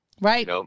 Right